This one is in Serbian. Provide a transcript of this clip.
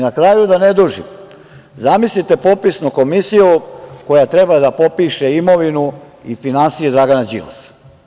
Na kraju, da ne dužim, zamislite popisnu komisiju koja treba da popiše imovinu i finansije Dragana Đilasa.